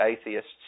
atheists